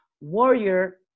warrior